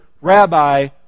Rabbi